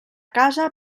casa